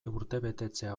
urtebetetzea